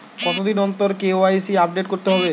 কতদিন অন্তর KYC update করতে হবে?